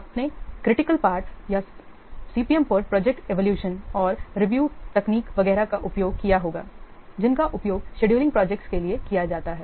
आपने critical path विधि या CPM PERT प्रोजेक्ट इवोल्यूशन और रिव्यू तकनीक वगैरह का उपयोग किया होगा जिनका उपयोग शेड्यूलिंग प्रोजेक्ट्स के लिए किया जाता है